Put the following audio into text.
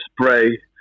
spray